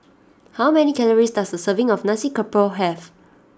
how many calories does a serving of Nasi Campur have